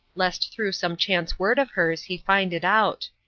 lest through some chance word of hers he find it out.